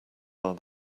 are